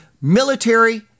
military